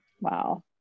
Wow